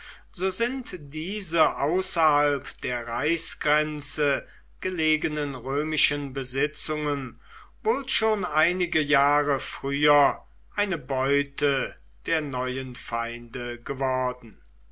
so sind diese außerhalb der reichsgrenze gelegenen römischen besitzungen wohl schon einige jahre früher eine beute der neuen feinde geworden